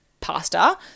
pasta